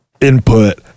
input